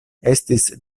estis